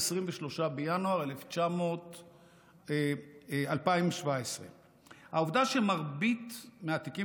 23 בינואר 2017. העובדה שמרבית התיקים